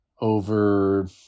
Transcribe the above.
over